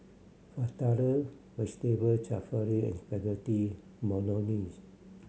Fritada Vegetable Jalfrezi and Spaghetti Bolognese